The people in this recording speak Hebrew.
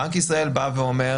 בנק ישראל --- בסדר,